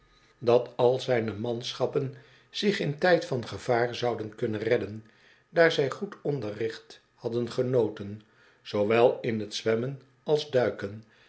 dat al zijne manschappen zich in tijd van gevaar zouden kunnen redden daar zij goed onderricht hadden genoten zoowel in het zwemmen als duiken